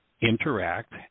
interact